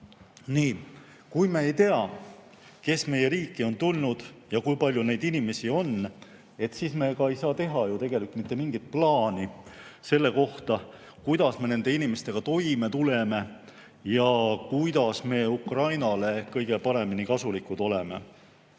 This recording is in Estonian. Kui me ei tea, kes meie riiki on tulnud ja kui palju neid inimesi on, siis me ei saa ju teha mitte mingit plaani selle kohta, kuidas me nende inimestega toime tuleme ja kuidas meie Ukrainale kõige paremini kasulikud oleme.